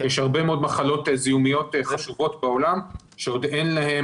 יש הרבה מאוד מחלות זיהומיות חשובות בעולם שעוד אין להן חיסון.